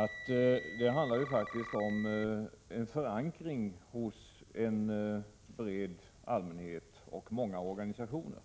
I en sådan här fråga måste man ha en förankring hos en bred allmänhet och många organisationer.